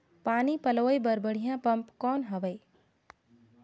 पानी पलोय बर बढ़िया पम्प कौन हवय?